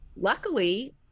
luckily